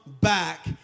back